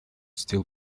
still